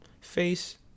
face